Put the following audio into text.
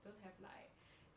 don't have like